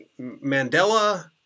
Mandela